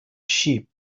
sheep